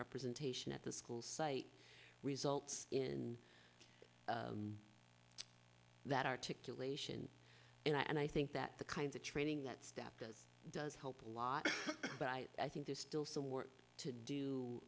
representation at the school site results in that articulation and i think that the kinds of training that step does help a lot but i i think there's still some work to do